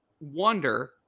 wonder